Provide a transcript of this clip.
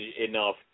enough